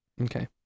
Okay